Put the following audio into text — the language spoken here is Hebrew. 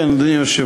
כן, אדוני היושב-ראש.